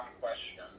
questions